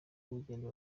urugendo